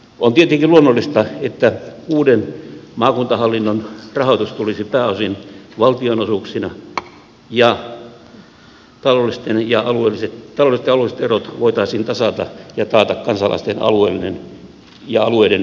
on tietenkin luonnollista että uuden maakuntahallinnon rahoitus tulisi pääosin valtionosuuksina ja taloudelliset ja alueelliset erot voitaisiin tasata ja taata kansalaisten alueellinen ja alueiden yhdenvertaisuus